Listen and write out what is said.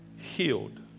healed